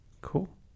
Cool